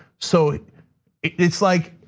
so it's like,